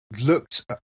looked –